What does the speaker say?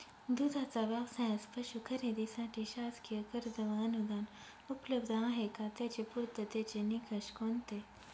दूधाचा व्यवसायास पशू खरेदीसाठी शासकीय कर्ज व अनुदान उपलब्ध आहे का? त्याचे पूर्ततेचे निकष कोणते?